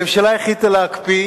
הממשלה החליטה להקפיא,